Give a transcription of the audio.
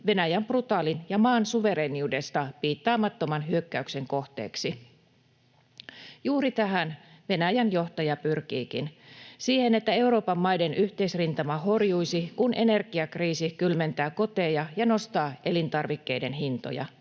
Venäjän brutaalin ja maan suvereeniudesta piittaamattoman hyökkäyksen kohteeksi. Juuri tähän Venäjän johtaja pyrkiikin, siihen, että Euroopan maiden yhteisrintama horjuisi, kun energiakriisi kylmentää koteja ja nostaa elintarvikkeiden hintoja.